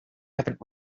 haven’t